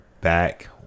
back